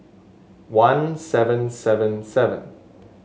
one seven seven seven